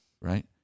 Right